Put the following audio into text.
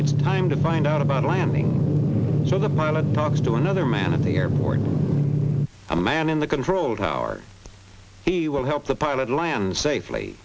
it's time to find out about a landing so the pilot talks to another man at the airport a man in the control tower he will help the pilot land safely